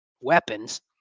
weapons